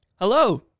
Hello